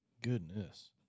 Goodness